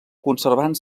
conservant